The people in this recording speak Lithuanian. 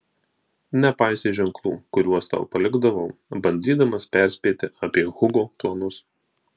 nepaisei ženklų kuriuos tau palikdavau bandydamas perspėti apie hugo planus